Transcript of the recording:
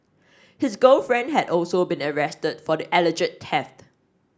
his girlfriend had also been arrested for the alleged theft